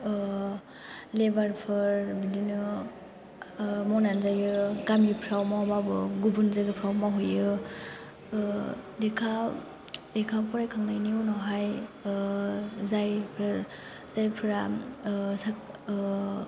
लेबार फोर बिदिनो मावनानै जायो गामिफ्राव मावाबाबो गुबुन जायगाफ्राव मावहैयो लेखा फरायखांनायनि उनावहाय जायफोरा सा